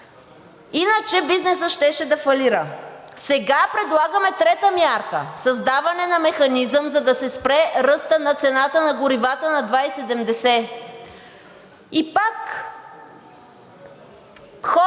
Иначе бизнесът щеше да фалира. Сега предлагаме трета мярка – създаване на механизъм, за да се спре ръстът на цената на горивата на 2,70. И пак хора,